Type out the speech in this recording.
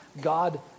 God